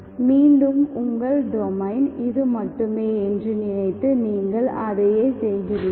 மீண்டும் உங்கள் டொமைன் இது மட்டுமே என்று நினைத்து நீங்கள் அதையே செய்கிறீர்கள்